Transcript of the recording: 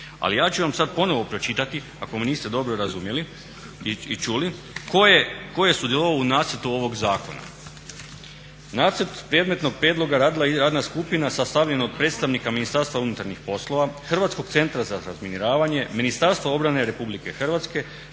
Ali ja ću vam sad ponovno pročitati ako me niste dobro razumjeli i čuli tko je sudjelovao u nacrtu ovog zakona. Nacrt predmetnog prijedloga radila je radna skupina sastavljena od predstavnika Ministarstva unutarnjih poslova, Hrvatskog centra za razminiravanje, Ministarstva obrane Republike Hrvatske,